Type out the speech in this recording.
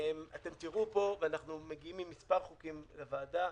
אנחנו מגיעים עם מספר חוקים לוועדה,